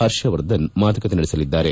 ಹರ್ಷವರ್ಧನ್ ಮಾತುಕತೆ ನಡೆಸಲಿದ್ದಾರೆ